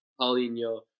Paulinho